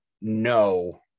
no